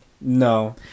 No